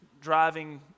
driving